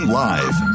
live